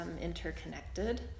interconnected